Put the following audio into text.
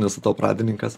nesu to pradininkas